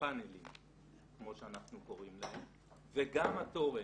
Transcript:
הפאנלים כמו שאנחנו קוראים להם וגם התורן,